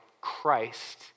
Christ